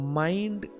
mind